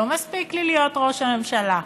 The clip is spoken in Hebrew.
לא מספיק לי להיות ראש הממשלה,